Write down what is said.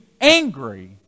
angry